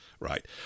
Right